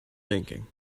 thinking